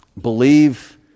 Believe